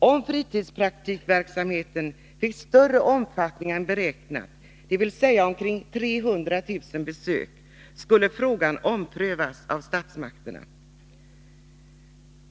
Om fritidspraktikverksamheten fick större omfattning än beräknat, dvs. omkring 300 000 besök, skulle frågan omprövas av statsmakterna.